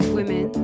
Women